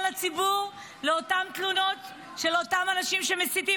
לציבור באותן תלונות על אותם אנשים שמסיתים?